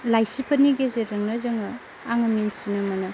लाइसिफोरनि गेजेरजोंनो जोङो आङो मिन्थिनो मोनो